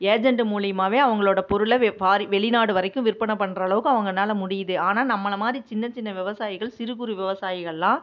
agent மூலயமாவே அவங்களோட பொருளை வெளிநாடு வரைக்கும் விற்பனை பண்ணுறளவுக்கு அவங்கனால முடியுது ஆனால் நம்மளை மாதிரி சின்ன சின்ன விவசாயிகள் சிறு குறு விவசாயிகளெலாம்